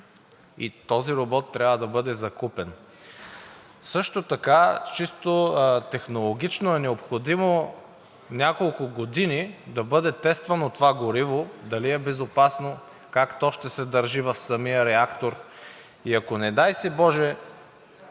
и този робот трябва да бъде закупен. Също така чисто технологично е необходимо няколко години да бъде тествано това гориво дали е безопасно, как то ще се държи в самия реактор. Ако, не дай боже,